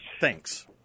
Thanks